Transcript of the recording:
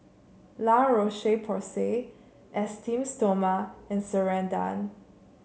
La Roche Porsay Esteem Stoma and Ceradan